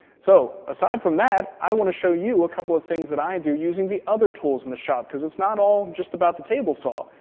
so aside from that, i want to show you a couple of things that i do using the other tools in the shop because it's not all just about the table saw.